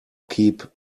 keep